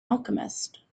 alchemist